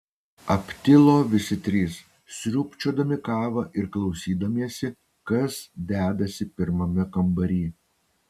aptilo visi trys sriubčiodami kavą ir klausydamiesi kas dedasi pirmame kambary